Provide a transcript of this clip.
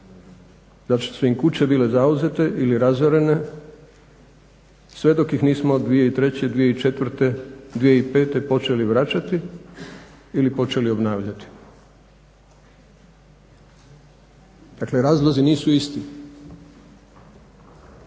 što su im kuće bile zauzete ili razorene sve dok ih nismo 2003., 2004., 2005. počeli vraćati ili počeli obnavljati. Dakle, razlozi nisu isti.